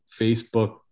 facebook